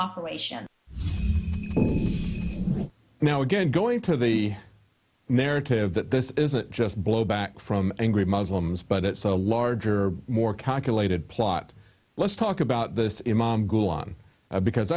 operation now again going to the narrative that this isn't just blowback from angry muslims but it's a larger more calculated plot let's talk about this